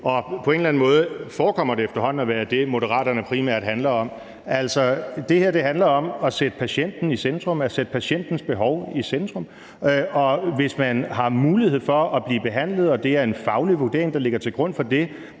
på en eller anden måde forekommer det efterhånden at være det, Moderaterne primært handler om. Altså, det her handler om at sætte patienten i centrum, at sætte patientens behov i centrum. Og hvis man har mulighed for at blive behandlet og det er en faglig vurdering, der ligger til grund for det